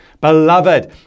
Beloved